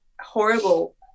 horrible